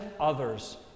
others